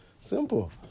Simple